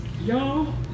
Y'all